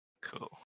Cool